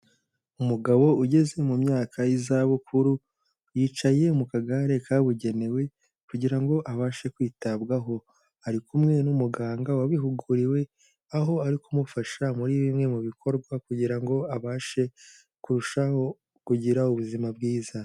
Umugabo ugeze mu myaka y'izabukuru yicaye mu kagare kabugenewe kugira ngo abashe kwitabwaho, ari kumwe n'umuganga wabihuguriwe aho ari kumufasha muri bimwe mu bikorwa kugira ngo abashe kurushaho kugira ubuzima bwiza.